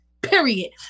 period